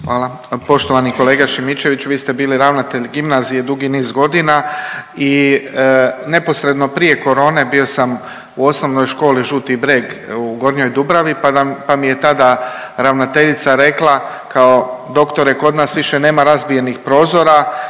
Hvala. Poštovani kolega Šimičević, vi ste bili ravnatelj gimnazije dugi niz godina i neposredno prije korone bio sam u OŠ „Žuti brijeg“ u Gornjoj Dubravi, pa mi je tada ravnateljica rekla kao doktore kod nas više nema razbijenih prozora